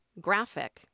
graphic